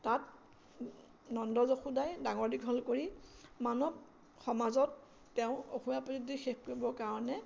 তাত নন্দ যশুদাই ডাঙৰ দীঘল কৰি মানৱ সমাজত তেওঁ অসুয়া অপ্ৰীতি শেষ কৰিবৰ কাৰণে